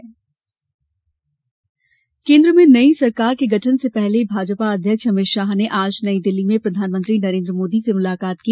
अमित शाह केन्द्र में नई सरकार के गठन से पहले भाजपा अध्यक्ष अमित शाह ने आज नई दिल्ली में प्रधानमंत्री नरेन्द्र मोदी से मुलाकात की